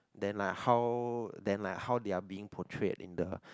then are how then are how they are being portray in the